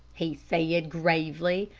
he said, gravely.